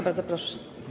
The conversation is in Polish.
Bardzo proszę.